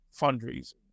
fundraising